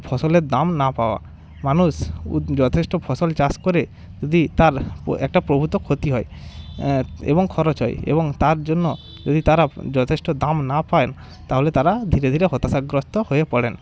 ফসলের দাম না পাওয়া মানুষ উদ যথেষ্ট ফসল চাষ করে যদি তার একটা প্রভূত ক্ষতি হয় এবং খরচ হয় এবং তার জন্য যদি তারা যথেষ্ট দাম না পান তাহলে তারা ধীরে ধীরে হতাশাগ্রস্ত হয়ে পড়েন